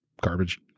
garbage